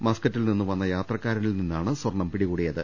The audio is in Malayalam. മസ്ക്കറ്റിൽ നിന്നും വന്ന യാത്രക്കാരനിൽ നിന്നാണ് സ്വർണം പിടികൂടിയത്